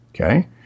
Okay